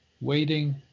waiting